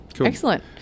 excellent